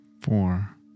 Four